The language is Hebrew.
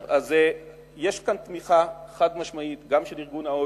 טוב, אז יש כאן תמיכה חד-משמעית גם של ה-OECD,